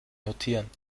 notieren